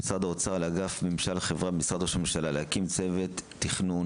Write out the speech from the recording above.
למשרד האוצר ולאגף ממשל וחברה במשרד ראש הממשלה להקים צוות תכנון